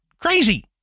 crazy